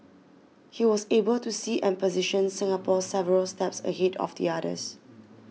he was able to see and position Singapore several steps ahead of the others